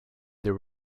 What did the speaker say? there